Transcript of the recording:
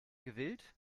gewillt